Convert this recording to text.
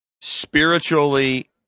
spiritually